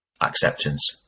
acceptance